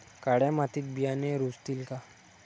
काळ्या मातीत बियाणे रुजतील का?